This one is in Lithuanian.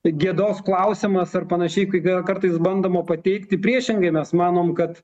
gėdos klausimas ar panašiai kaip kartais bandoma pateikti priešingai mes manom kad